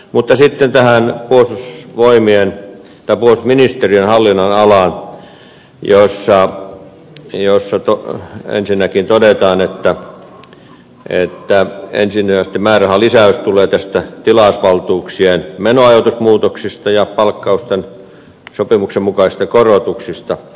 mutta sitten tähän puolustusministeriön hallinnonalaan jossa ensinnäkin todetaan että ensisijaisesti määrärahan lisäys tulee tilausvaltuuksien menoajoitusmuutoksista ja palkkausten sopimuksenmukaisista korotuksista